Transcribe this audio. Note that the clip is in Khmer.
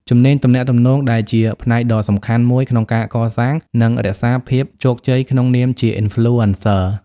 ជំនាញទំនាក់ទំនង ដែលជាផ្នែកដ៏សំខាន់មួយក្នុងការកសាង និងរក្សាភាពជោគជ័យក្នុងនាមជា Influencer។